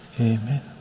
Amen